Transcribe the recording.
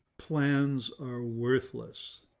plans are worthless.